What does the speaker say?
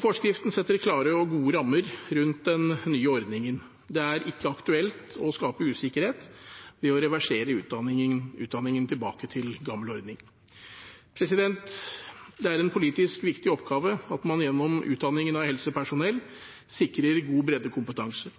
Forskriften setter klare og gode rammer rundt den nye ordningen. Det er ikke aktuelt å skape usikkerhet ved å reversere utdanningen tilbake til gammel ordning. Det er en politisk viktig oppgave at man gjennom utdanningen av helsepersonell sikrer god breddekompetanse.